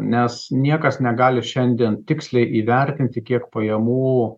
nes niekas negali šiandien tiksliai įvertinti kiek pajamų